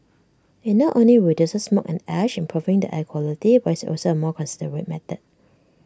IT not only reduces smoke and ash improving the air quality but is also A more considerate method